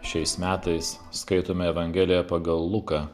šiais metais skaitome evangeliją pagal luką